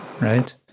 right